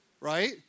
Right